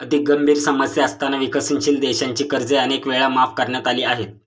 अधिक गंभीर समस्या असताना विकसनशील देशांची कर्जे अनेक वेळा माफ करण्यात आली आहेत